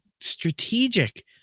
Strategic